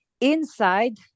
inside